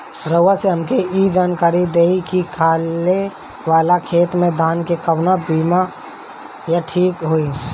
रउआ से हमके ई जानकारी देई की खाले वाले खेत धान के कवन बीया ठीक होई?